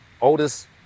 oldest